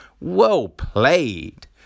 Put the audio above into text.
well-played